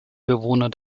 bewohner